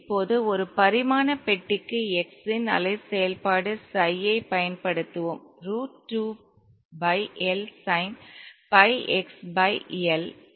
இப்போது ஒரு பரிமாண பெட்டிக்கு x இன் அலை செயல்பாடு psi ஐப் பயன்படுத்துவோம் root 2 pi L sine pi x pi L